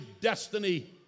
destiny